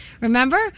Remember